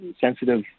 sensitive